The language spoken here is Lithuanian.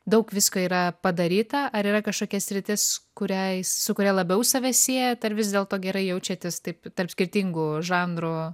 daug visko yra padaryta ar yra kažkokia sritis kuriai su kuria labiau save siejat ar vis dėlto gerai jaučiatės taip tarp skirtingų žanrų